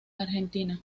argentina